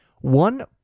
one